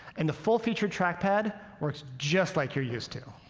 and the full-featured trackpad works just like you're used to.